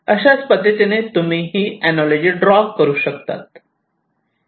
अशा पद्धतीचे एनोलॉजी तुम्ही ही ड्रॉ करू शकतात